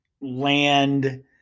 land